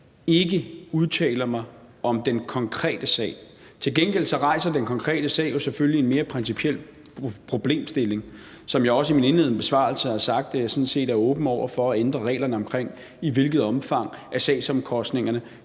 ikke udtaler mig om den konkrete sag. Til gengæld rejser den konkrete sag jo selvfølgelig en mere principiel problemstilling, og jeg har også i min indledende besvarelse sagt, at jeg sådan set er åben over for at ændre reglerne om, i hvilket omfang sagsomkostningerne